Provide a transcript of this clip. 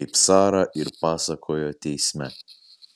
kaip sara ir pasakojo teisme